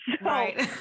Right